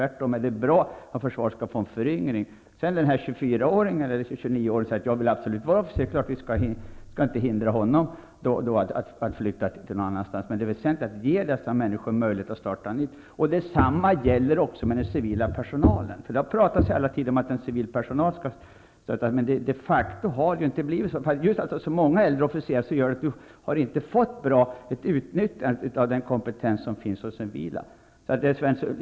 Det är tvärtom bra att försvaret får en föryngring. Den 24-åring som säger att han absolut vill vara officer skall vi naturligtvis inte hindra att flytta med någon annanstans. Det väsentliga är att ge dessa människor möjlighet att starta på nytt. Det samma gäller för den civila personalen. Det har i alla tider talats om att den civila personalen skall stöttas, men det har ju inte blivit så. Med så många äldre officerare har man inte fått ett bra utnyttjande av den kompetens som finns hos den civila personalen.